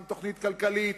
עם תוכנית כלכלית?